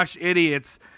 idiots